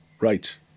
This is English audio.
Right